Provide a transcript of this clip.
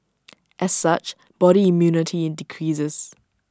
as such body immunity decreases